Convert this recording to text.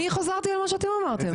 אני חזרתי על מה שאתם אמרתם.